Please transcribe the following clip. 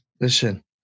Listen